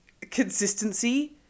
consistency